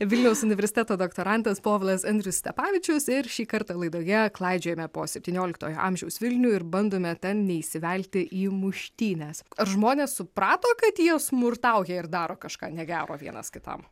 vilniaus universiteto doktorantas povilas andrius stepavičius ir šį kartą laidoje klaidžiojome po septynioliktojo amžiaus vilnių ir bandome ten neįsivelti į muštynes ar žmonės suprato kad jie smurtauja ir daro kažką negero vienas kitam